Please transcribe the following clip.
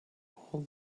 all